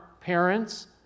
parents